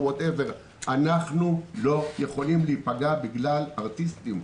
אנחנו לא יכולים להיפגע בגלל ארטיסטים.